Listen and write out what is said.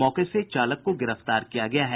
मौके से चालक को गिरफ्तार किया गया है